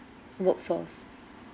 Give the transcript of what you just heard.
workforce